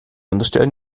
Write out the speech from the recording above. unterstellen